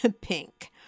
pink